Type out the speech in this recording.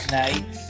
night